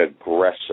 aggressive